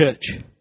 church